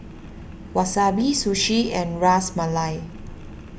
Wasabi Sushi and Ras Malai